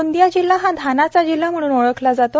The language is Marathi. गोंदिया जिल्हा धानाचा जिल्हा म्हणून ओळखला जातो